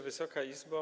Wysoka Izbo!